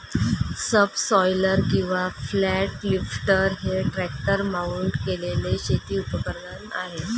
subsoiler किंवा flat lifter हे tractor mount केलेले शेती उपकरण आहे